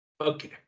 Okay